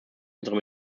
unsere